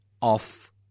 off